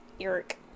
Eric